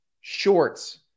shorts